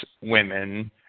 women